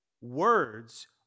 Words